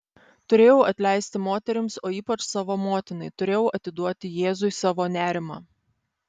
turėjau atleisti moterims o ypač savo motinai turėjau atiduoti jėzui savo nerimą